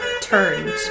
turned